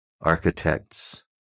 architects